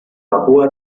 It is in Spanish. papúa